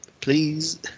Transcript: please